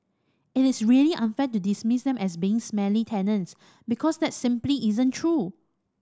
it is really unfair to dismiss them as being smelly tenants because that simply isn't true